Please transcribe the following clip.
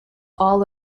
all